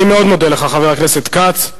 אני מאוד מודה לך, חבר הכנסת כץ.